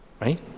right